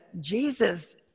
Jesus